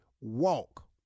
walk